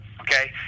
okay